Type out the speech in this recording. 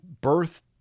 birth